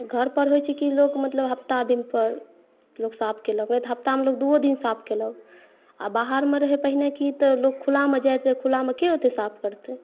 घर पर होइ छै की लोक मतलब हप्ताह दिन पर लोक साफ़ केलक नहि तऽ हप्ताहमे दूओ दिन साफ़ केलक आ बाहरमे रहै पहिने की तऽ लोक खुलामे जाइत रहै तऽ खुलामे के ओत्ते साफ़ करतै